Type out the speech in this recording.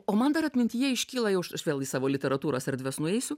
o man dar atmintyje iškyla jau vėl į savo literatūros erdves nueisiu